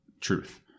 truth